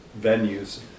venues